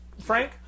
Frank